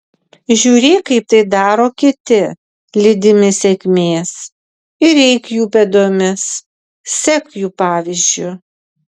žiūrėk kaip tai daro kiti lydimi sėkmės ir eik jų pėdomis sek jų pavyzdžiu